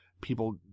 people